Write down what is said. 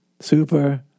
super